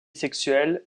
sexuel